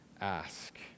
ask